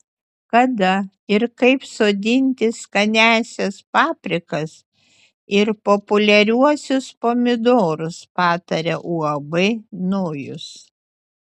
kada ir kaip sodinti skaniąsias paprikas ir populiariuosius pomidorus pataria uab nojus